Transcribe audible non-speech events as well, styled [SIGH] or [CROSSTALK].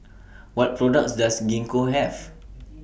[NOISE] What products Does Gingko Have [NOISE]